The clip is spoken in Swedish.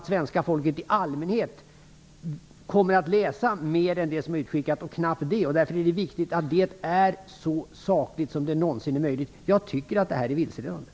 Svenska folket i allmänhet kommer inte att läsa mer än det som är utskickat, och knappt det. Därför är det viktigt att det är så saklig information som det någonsin är möjligt. Jag tycker att det här är vilseledande.